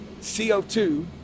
CO2